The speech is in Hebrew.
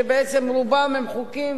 שבעצם רובם הם חוקים